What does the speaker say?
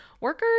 workers